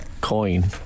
coin